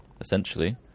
essentially